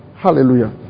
Hallelujah